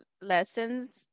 lessons